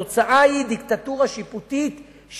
והתוצאה היא דיקטטורה שיפוטית,